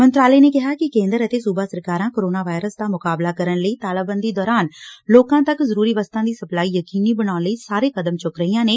ਮੰਤਰਾਲੇ ਨੇ ਕਿਹਾ ਕਿ ਕੇਦੇਰ ਅਤੇ ਸੂਬਾ ਸਰਕਾਰਾਂ ਕੋਰੋਨਾ ਵਾਇਰਸ ਦਾ ਮੁਕਾਬਲਾ ਕਰਨ ਲਈ ਤਾਲਾਬੰਦੀ ਦੌਰਾਨ ਲੋਕਾਂ ਤੱਕ ਜ਼ਰੁਰੀ ਵਸਤਾਂ ਦੀ ਸਪਲਾਈ ਯਕੀਨੀ ਬਣਾਉਣ ਲਈ ਸਾਰੇ ਕਦਮ ਚੁੱਕ ਰਹੀਆਂ ਨੇ